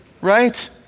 Right